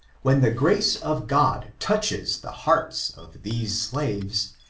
when the grace of god touches the hearts of these slaves,